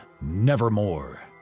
nevermore